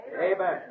Amen